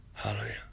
Hallelujah